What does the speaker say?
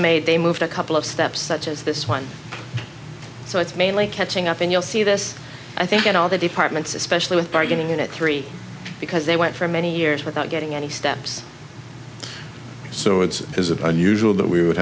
made they moved a couple of steps such as this one so it's mainly catching up and you'll see this i think in all the departments especially with bargaining unit three because they went for many years without getting any steps so it is a bit unusual that we would